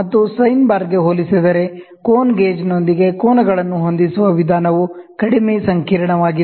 ಮತ್ತು ಸೈನ್ ಬಾರ್ಗೆ ಹೋಲಿಸಿದರೆ ಕೋನ ಗೇಜ್ನೊಂದಿಗೆ ಕೋನಗಳನ್ನು ಹೊಂದಿಸುವ ವಿಧಾನವು ಕಡಿಮೆ ಸಂಕೀರ್ಣವಾಗಿದೆ